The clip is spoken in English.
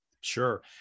Sure